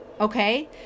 Okay